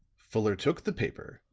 fuller took the paper,